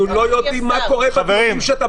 אנחנו לא יודעים מה קורה בישיבות שאתה